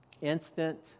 instant